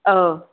ꯑꯥꯎ